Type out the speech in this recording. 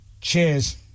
Cheers